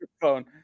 phone